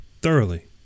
thoroughly